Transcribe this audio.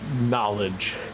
knowledge